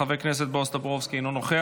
חבר הכנסת בועז טופורובסקי, אינו נוכח.